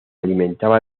alimentaba